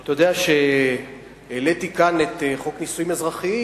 אתה יודע שהעליתי כאן את חוק נישואים אזרחיים,